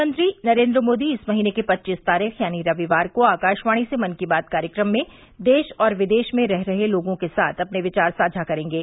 प्रधानमंत्री नरेन्द्र मोदी इस महीने की पच्चीस तारीख यानीरविवार को आकाशवाणी से मन की बात कार्यक्रम में देश और विदेश में रह रहे लोगों के साथ अपने विचार साझा करेंगे